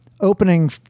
opening